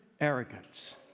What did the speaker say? arrogance